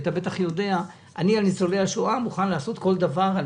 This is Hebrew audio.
אתה בטח יודע שאני מוכן לעשות כל דבר לניצולי השואה,